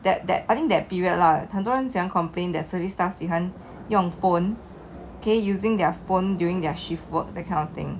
that that I think that period lah 很多人喜欢 complain that service staff 喜欢用 phone using their phone during their shift work that kind of thing